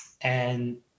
and-